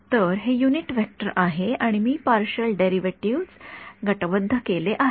तर हे unit vector आहे आणि मी पार्शिअल डेरिव्हेटिव्ह गटबद्ध केले आहे